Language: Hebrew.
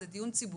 זה דיון ציבורי,